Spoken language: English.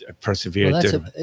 persevered